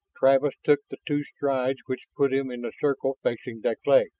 travis took the two strides which put him in the circle facing deklay.